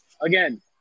again